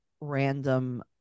random